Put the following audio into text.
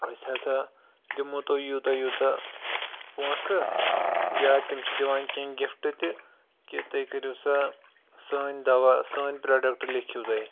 أسۍ ہَسا دِمو تۄہہِ یوٗتاہ یوٗتاہ پونٛسہٕ یا تِم چھِ دِوان کیٚنٛہہ گِفٹہٕ تہِ کہِ تُہۍ کٔرِو سا سٲنۍ دَوا سٲنۍ پرٛوڈَکٹہٕ لیٚکھِو تُہۍ